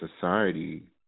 society